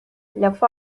lafı